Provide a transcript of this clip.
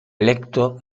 electo